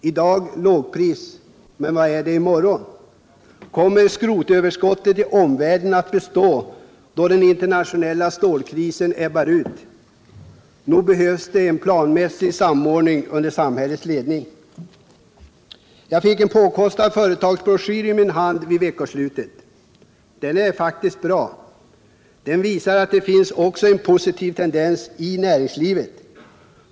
I dag lågpris, men hur är det i morgon? Kommer skrotöverskottet i omvärlden att bestå då den internationella stålkrisen ebbar ut? Nog behövs det en planmässig samordning under samhällets ledning. Jag fick en påkostad företagsbroschyr i min hand under veckoslutet. Den är bra. Den visar att det finns en positiv tendens även i näringslivet.